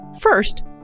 First